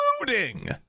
including